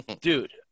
dude